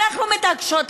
ואנחנו מתעקשות,